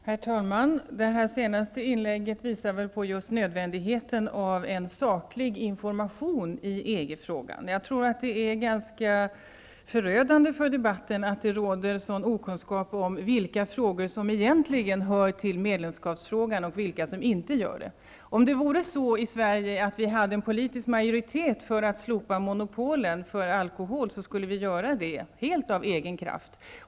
Herr talman! Det senaste inlägget visar väl på nödvändigheten av en saklig information i EG frågan. Jag tror att det är förödande för debatten att det råder sådan okunskap om vilka frågor som egentligen hör till medlemskapsfrågan och vilka som inte gör det. Om det vore så i Sverige att vi hade en politisk majoritet för att slopa monopolen för alkohol, skulle vi göra det helt av egen kraft.